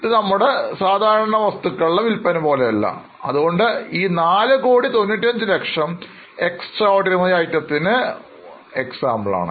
ഇത് നമ്മുടെ സാധാരണ വസ്തുക്കളുടെ വിൽപന പോലെയല്ല അതുകൊണ്ട് ഈ 4 കോടി 95 ലക്ഷം Extraordinary item ഉദാഹരണമാണ്